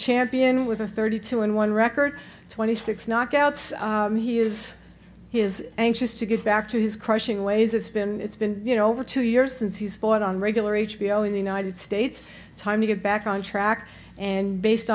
champion with a thirty two and one record twenty six knockouts he is he is anxious to get back to his crushing ways it's been it's been you know over two years since he's fought on regular h b o in the united states time to get back on track and based